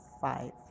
five